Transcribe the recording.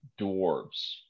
dwarves